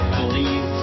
believe